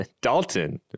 Dalton